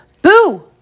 Boo